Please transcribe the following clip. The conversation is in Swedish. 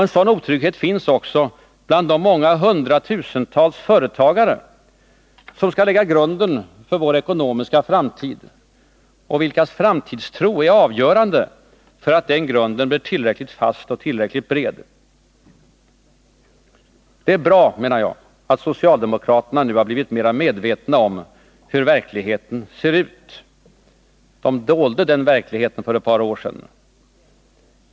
En sådan otrygghet finns också bland de många hundratusentals företagare som skall lägga grunden för vår ekonomiska framtid och vilkas framtidstro är avgörande för att den grunden blir tillräckligt fast och bred. Det är bra, menar jag, att socialdemokraterna nu har blivit mera medvetna om hur verkligheten ser ut. De dolde denna verklighet för ett par år sedan.